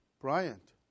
Bryant